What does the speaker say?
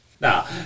Now